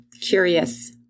curious